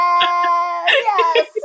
yes